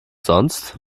sonst